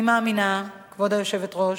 אני מאמינה, כבוד היושבת-ראש,